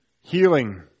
healing